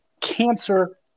cancer